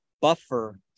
buffer